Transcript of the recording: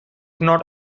not